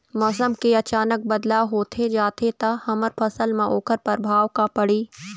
मौसम के अचानक बदलाव होथे जाथे ता हमर फसल मा ओकर परभाव का पढ़ी?